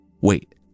Wait